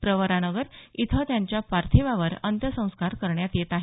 प्रवरानगर इथं त्यांच्या पार्थिवावर अंत्यसंस्कार करण्यात येत आहेत